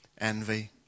envy